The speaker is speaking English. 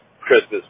Christmas